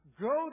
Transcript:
Go